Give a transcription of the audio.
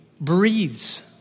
breathes